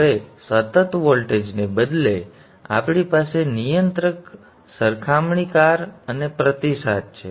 હવે સતત વોલ્ટેજને બદલે હવે આપણી પાસે નિયંત્રક સરખામણીકાર અને પ્રતિસાદ છે